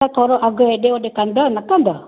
त थोरो अघु हेॾे होॾे कंदव न कंदव